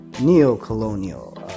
neo-colonial